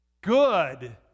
good